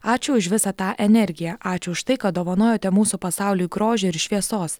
ačiū už visą tą energiją ačiū už tai kad dovanojote mūsų pasauliui grožio ir šviesos